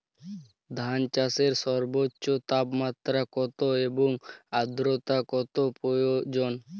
ধান চাষে সর্বোচ্চ তাপমাত্রা কত এবং আর্দ্রতা কত প্রয়োজন?